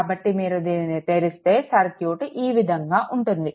కాబట్టి మీరు దీనిని తెరిస్తే సర్క్యూట్ ఈ విధంగా ఉంటుంది